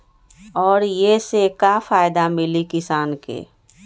और ये से का फायदा मिली किसान के?